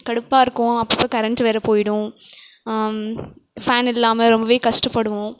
கடுப்பாக இருக்கும் அப்பப்போ கரண்ட் வேற போய்டும் ஃபேன் இல்லாமல் ரொம்ப கஷ்டப்படுவோம்